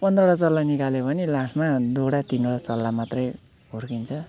पन्ध्रवटा चल्ला निकाल्यो भने लास्टमा दुईवटा तिनवटा चल्ला मात्रै हुर्किन्छ